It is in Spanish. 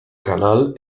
canal